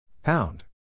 Pound